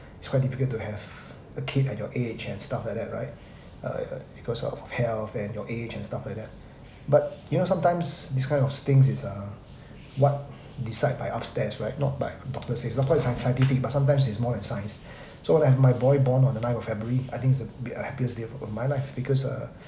its quite difficult to have a kid at your age and stuff like that right uh because of health and your age and stuff like that but you know sometimes this kind of things is uh what decide by upstairs right not by doctor says not quite scien~ scientific but sometimes it's more than science so I have my boy born on the ninth of february I think its the uh happiest day of of my life because uh